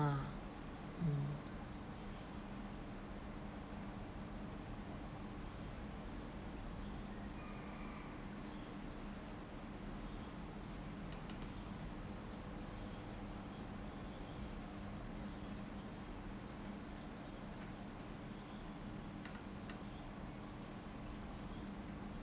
uh mm